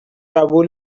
قبول